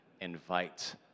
Invite